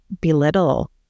belittle